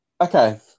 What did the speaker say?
okay